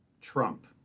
Trump